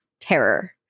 terror